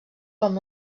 com